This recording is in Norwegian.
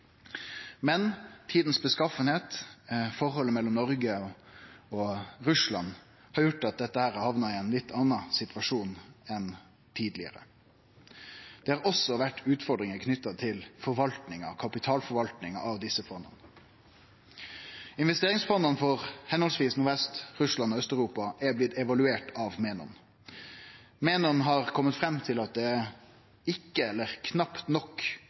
Men slik det er no, har forholdet mellom Noreg og Russland gjort at dette har hamna i ein litt annan situasjon enn tidlegare. Det har også vore utfordringar knytte til kapitalforvaltinga av desse fonda. Investeringsfonda for Nordvest-Russland og Aust-Europa er evaluerte av Menon. Menon har kome fram til at det ikkje – eller knapt nok